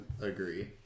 agree